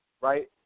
right